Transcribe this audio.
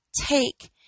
take